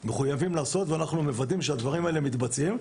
הם מחויבים לעשות ואנחנו מוודאים שהדברים האלה מתבצעים.